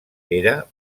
era